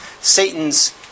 Satan's